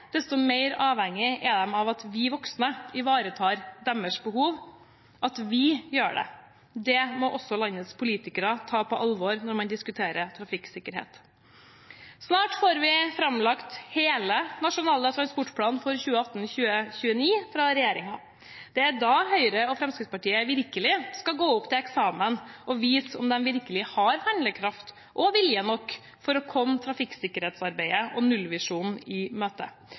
desto mer avhengig er de av at vi voksne ivaretar deres behov – at vi gjør det. Det må også landets politikere ta på alvor når man diskuterer trafikksikkerhet. Snart får vi framlagt hele Nasjonal transportplan 2018–2029 fra regjeringen. Det er da Høyre og Fremskrittspartiet virkelig skal gå opp til eksamen og vise om de virkelig har handlekraft og vilje nok til å komme trafikksikkerhetsarbeidet og nullvisjonen i møte.